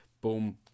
boom